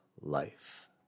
life